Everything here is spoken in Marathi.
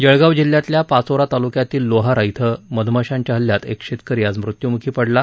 जळगाव जिल्ह्यातल्या पाचोरा तालुक्यातील लोहारा ाळे मधमाशांच्या हल्ल्यात एक शेतकरी आज मृत्यूमुखी पडला आहे